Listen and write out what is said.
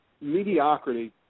Mediocrity